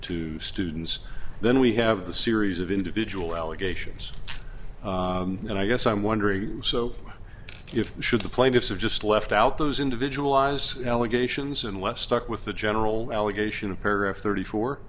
to students then we have the series of individual allegations and i guess i'm wondering so if should the plaintiffs have just left out those individual allegations unless stuck with the general allegation of paragraph thirty four